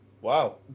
Wow